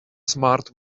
smart